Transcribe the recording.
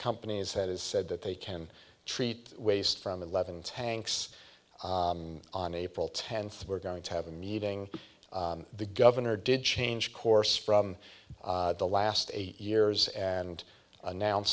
companies that is said that they can treat waste from eleven tanks on april tenth we're going to have a meeting the governor did change course from the last eight years and announce